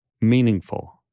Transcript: meaningful